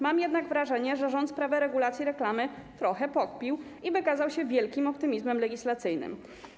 Mam jednak wrażenie, że rząd sprawę regulacji reklamy trochę pokpił i wykazał się wielkim optymizmem legislacyjnym.